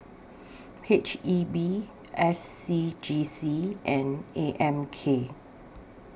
H E B S C G C and A M K